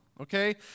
Okay